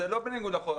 זה לא בניגוד לחוק.